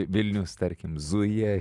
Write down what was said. vilnius tarkim zuja